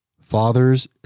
Fathers